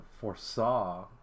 foresaw